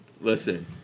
Listen